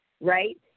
right